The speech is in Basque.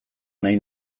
nahi